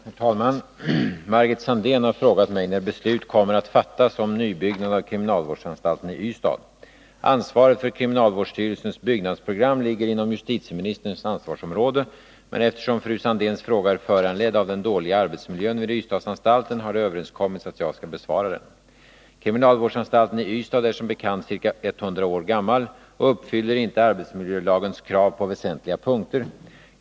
Herr talman! Margit Sandéhn har frågat mig när beslut kommer att fattas om nybyggnad av kriminalvårdsanstalten i Ystad. Ansvaret för kriminalvårdsstyrelsens byggnadsprogram ligger inom justitieministerns ansvarsområde, men eftersom fru Sandéhns fråga är föranledd av den dåliga arbetsmiljön vid Ystadsanstalten har det överenskommits att jag skall besvara den. Kriminalvårdsanstalten i Ystad är som bekant ca 100 år gammal och uppfyller inte arbetsmiljölagens krav på väsentliga punkter.